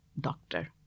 doctor